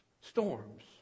Storms